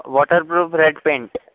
water proof red paint